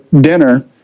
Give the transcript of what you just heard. dinner